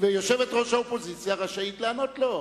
ויושבת-ראש האופוזיציה רשאית לענות לו.